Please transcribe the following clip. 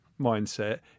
mindset